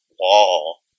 wall